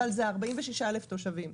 אבל זה 43,000 תושבים.